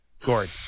Gord